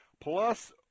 Plus